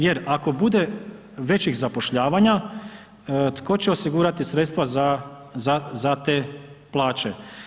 Jer ako bude većih zapošljavanja tko će osigurati sredstava za te plaće?